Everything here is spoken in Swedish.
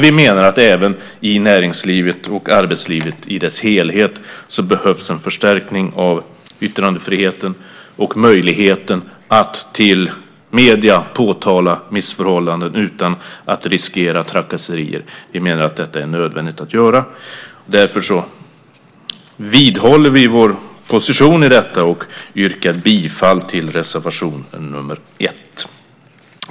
Vi menar att det även i näringslivet och i arbetslivet som helhet behövs en förstärkning av yttrandefriheten och möjligheten att till medier påtala missförhållanden utan att riskera trakasserier. Vi menar att detta är nödvändigt. Därför vidhåller vi vår position i detta avseende och yrkar bifall till reservation nr 1.